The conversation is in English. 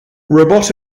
robot